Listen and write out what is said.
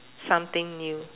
something new